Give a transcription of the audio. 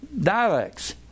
dialects